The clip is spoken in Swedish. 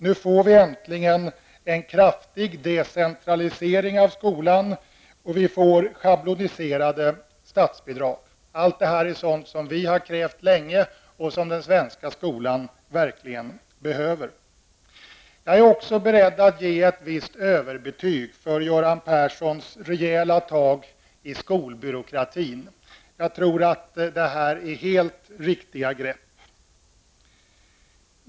Nu får vi äntligen en kraftig decentralisering av skolan och schabloniserade statsbidrag. Allt detta har vi krävt länge, och den svenska skolan behöver det verkligen. Jag är också beredd att ge ett visst överbetyg för Göran Perssons rejäla tag i skolbyråkratin. Jag tror att det är riktiga grepp.